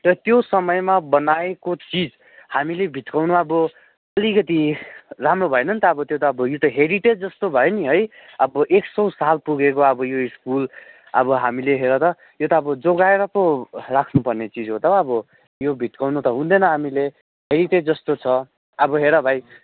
र त्यो समयमा बनाएको चिज हामीले बिथोल्नु अब अलिकति राम्रो भएन नि त अब त्यो त अब यो त अब हेरिटेज जस्तो भयो नि है अब एक सौ साल पुगेको अब यो स्कुल अब हामीले हेर त यो त अब जोगाएर पो राख्नुपर्ने चिज हो त हौ अब यो भत्काउन त हुँदैन हामीले हेरिटेज जस्तो छ अब हेर भाइ